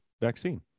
vaccine